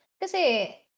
kasi